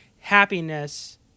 happiness